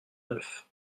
neuf